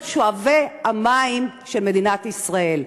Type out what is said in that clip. להיות שואבי המים של מדינת ישראל.